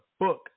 book